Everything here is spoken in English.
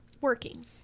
working